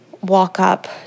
walk-up